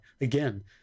again